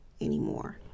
anymore